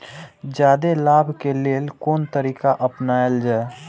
जादे लाभ के लेल कोन तरीका अपनायल जाय?